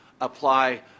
apply